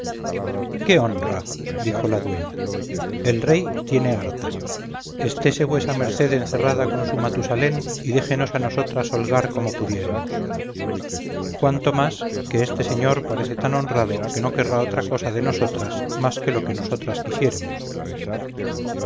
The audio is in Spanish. qué honra dijo la dueña el rey tiene harta estése vuesa merced encerrada con su matusalén y déjenos a nosotras holgar como pudiéremos cuanto más que este señor parece tan honrado que no querrá otra cosa de nosotras más de lo que nosotras quisiéremos